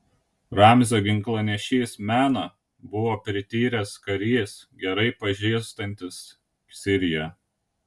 ramzio ginklanešys mena buvo prityręs karys gerai pažįstantis siriją